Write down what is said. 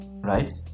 right